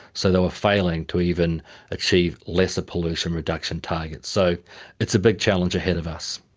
so they were failing to even achieve lesser pollution reduction targets, so it's a big challenge ahead of us.